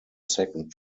second